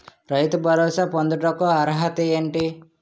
రైతు భరోసా పొందుటకు అర్హత ఏంటి?